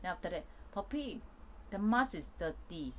then after that poppy the mask is dirty